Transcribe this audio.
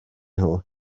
nhw